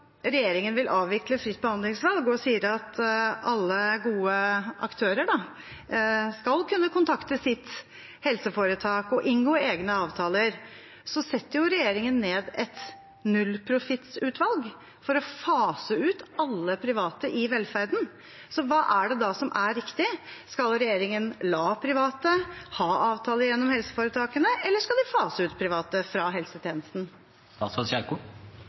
regjeringen vil avvikle fritt behandlingsvalg, og sier at alle gode aktører skal kunne kontakte sitt helseforetak og inngå egne avtaler, så setter jo regjeringen ned et nullprofittsutvalg for å fase ut alle private i velferden. Så hva er det da som er riktig? Skal regjeringen la private ha avtale gjennom helseforetakene, eller skal de fase ut private fra helsetjenesten?